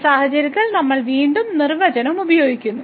ഈ സാഹചര്യത്തിൽ നമ്മൾ വീണ്ടും നിർവചനം ഉപയോഗിക്കുന്നു